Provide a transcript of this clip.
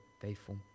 faithful